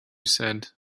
said